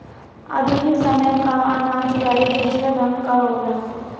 आधुनिक समय कअ अनाज गाड़ी दूसरे ढंग कअ होला